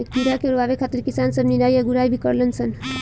कीड़ा के ओरवावे खातिर किसान सब निराई आ गुड़ाई भी करलन सन